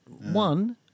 one